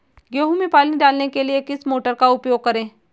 गेहूँ में पानी डालने के लिए किस मोटर का उपयोग करें?